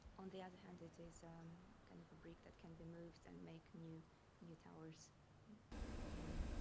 on the other hand, it is kind of a brick that can be moved and make new new towers of meaning.